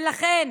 ולכן,